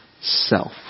self